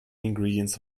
ingredients